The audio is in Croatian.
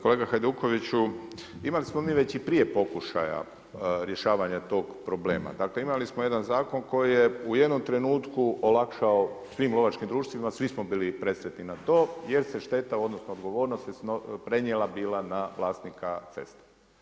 Kolega Hajdukoviću, imali smo mi već i prije pokušaja rješavanja tog problema, dakle imali smo jedan zakon koji je u jednom trenutku olakšao svim lovačkim društvima, svi smo bili presretni na to jer se šteta odnosno odgovornost prenijela bila na vlasnika ceste.